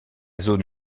zone